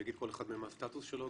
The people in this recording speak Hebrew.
אני אגיד לגבי כל אחד מהם מה הסטטוס שלו,